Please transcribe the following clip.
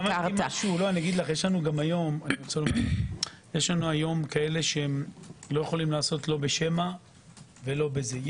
יש לנו היום כאלה שלא יכולים לעשות לא בשמע ולא בזה.